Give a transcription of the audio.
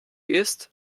ist